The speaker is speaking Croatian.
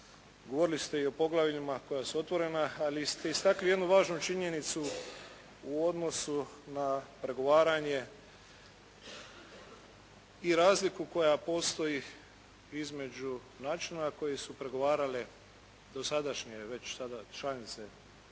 Govorili ste i poglavljima koja su otvorena, ali ste istaknuli jednu važnu činjenicu u odnosu na pregovaranje i razliku koja postoji između načina na koji su pregovarale dosadašnje već sada članice,